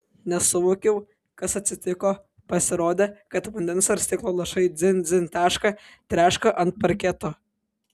nesuvokiau kas atsitiko pasirodė kad vandens ar stiklo lašai dzin dzin teška treška ant parketo